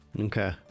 Okay